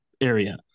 area